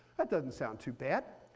that doesn't sound too bad.